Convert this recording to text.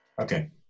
Okay